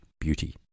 beauty